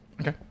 Okay